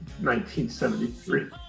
1973